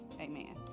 amen